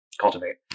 cultivate